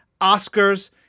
oscars